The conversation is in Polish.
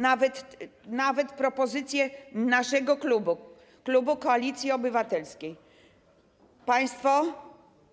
Nawet jeśli chodzi o propozycje naszego klubu, klubu Koalicji Obywatelskiej, to państwo